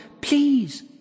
please